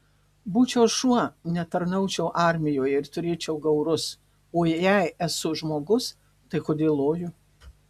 būčiau šuo netarnaučiau armijoje ir turėčiau gaurus o jei esu žmogus tai kodėl loju